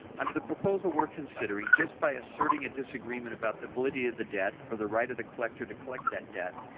under the proposal we are considering, just by asserting a disagreement about the validity of the debt or the right of the collector to collect that debt,